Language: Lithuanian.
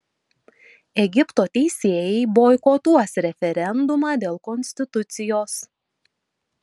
egipto teisėjai boikotuos referendumą dėl konstitucijos